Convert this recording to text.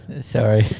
sorry